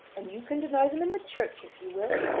and you can deny them in the church if you will.